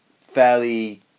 fairly